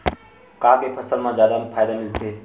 का के फसल मा जादा फ़ायदा मिलथे?